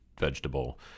vegetable